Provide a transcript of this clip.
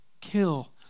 kill